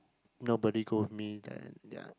nobody go with me then ya